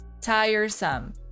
tiresome